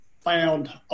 found